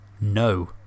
No